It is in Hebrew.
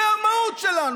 זאת המהות שלנו.